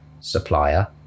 supplier